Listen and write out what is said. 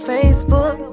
Facebook